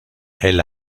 elle